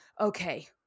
okay